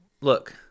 look